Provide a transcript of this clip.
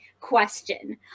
question